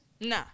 Nah